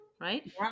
right